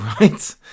Right